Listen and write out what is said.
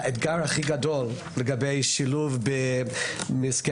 האתגר הגדול ביותר לגבי שילוב במסגרת